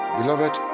beloved